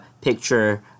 picture